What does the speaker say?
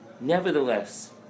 nevertheless